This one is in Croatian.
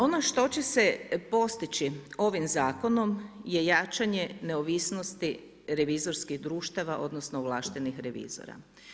Ono što će se postići ovim zakonom, je jačanje neovisnosti revizorskih društava, odnosno, ovlaštenih revizora.